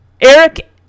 Eric